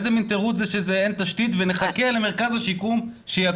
איזה מן תירוץ זה שאין תשתית ונחכה למרכז שיקום?